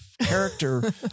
character